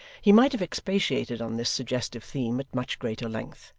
he might have expatiated on this suggestive theme at much greater length,